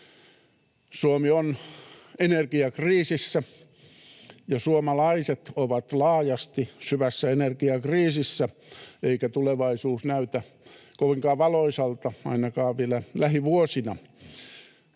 Suomi on energiakriisissä ja suomalaiset ovat laajasti syvässä energiakriisissä, eikä tulevaisuus näytä kovinkaan valoisalta ainakaan vielä lähivuosina.